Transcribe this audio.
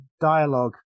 dialogue